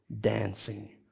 dancing